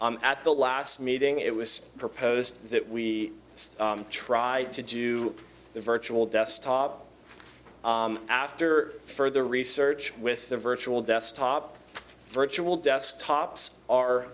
at the last meeting it was proposed that we tried to do the virtual desktop after further research with the virtual desktop virtual desktops are